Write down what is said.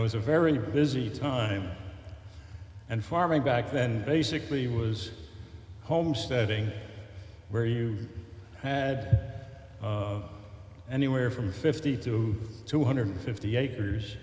it was a very busy time and farming back then basically was homesteading where you had anywhere from fifty to two hundred fifty acres